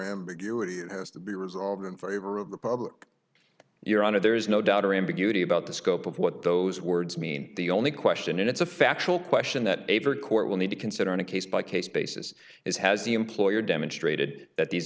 ambiguity it has to be resolved in favor of the public your honor there is no doubt or ambiguity about the scope of what those words mean the only question and it's a factual question that every court will need to consider on a case by case basis is has the employer demonstrated that these